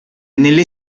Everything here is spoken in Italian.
nelle